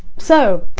so,